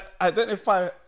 identify